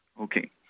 Okay